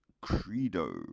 Credo